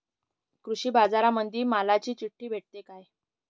कृषीबाजारामंदी मालाची चिट्ठी भेटते काय?